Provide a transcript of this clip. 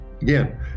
again